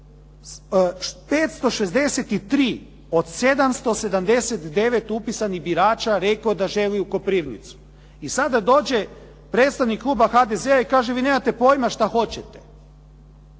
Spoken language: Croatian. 563 od 779 upisanih birača reklo da želi u Koprivnicu. I sada dođe predstavnik kluba HDZ-a i kaže vi nemate pojma šta hoćete.